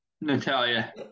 Natalia